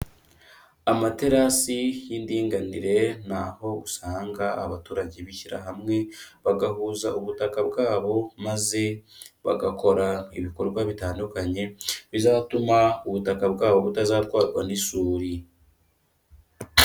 Amaterasi y'indinganire ni aho usanga abaturage bishyira hamwe bagahuza ubutaka bwabo, maze bagakora ibikorwa bitandukanye bizatuma ubutaka bwabo butazatwarwa n'isuri.